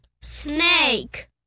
Snake